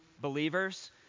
believers